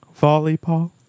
Volleyball